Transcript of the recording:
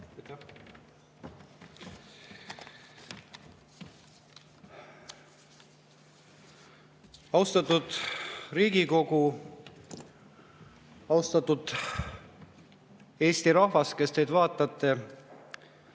Austatud Riigikogu! Austatud Eesti rahvas, kes te vaatate!